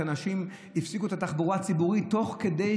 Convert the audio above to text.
שהפסיקו את התחבורה הציבורית תוך כדי,